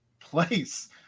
place